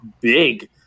big